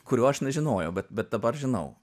kurio aš nežinojau bet bet dabar žinau